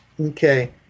Okay